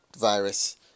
virus